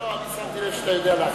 לא, לא, שמתי לב שאתה יודע להבחין.